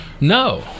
No